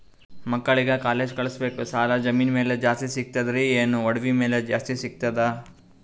ಮಕ್ಕಳಿಗ ಕಾಲೇಜ್ ಕಳಸಬೇಕು, ಸಾಲ ಜಮೀನ ಮ್ಯಾಲ ಜಾಸ್ತಿ ಸಿಗ್ತದ್ರಿ, ಏನ ಒಡವಿ ಮ್ಯಾಲ ಜಾಸ್ತಿ ಸಿಗತದ?